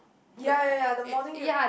ya ya ya the morning you